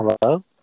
Hello